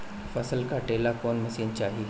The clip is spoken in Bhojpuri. फसल काटेला कौन मशीन चाही?